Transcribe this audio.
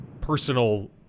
personal